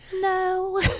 No